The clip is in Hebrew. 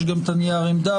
יש גם את נייר העמדה.